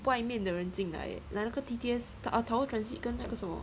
外面的人进来来了个 t t s Tower Transit 跟那个什么